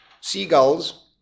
seagulls